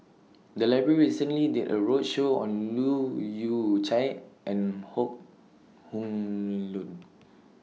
The Library recently did A roadshow on Leu Yew Chye and Hok Heng Leun